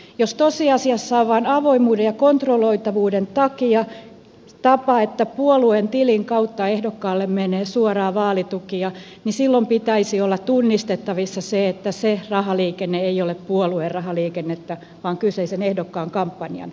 jos tosiasiassa on vain avoimuuden ja kontrolloitavuuden takia tapa että puolueen tilin kautta ehdokkaalle menee suoraan vaalitukia niin silloin pitäisi olla tunnistettavissa se että se rahaliikenne ei ole puolueen rahaliikennettä vaan kyseisen ehdokkaan kampanjan rahaliikennettä